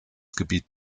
gebiet